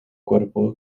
cuerpo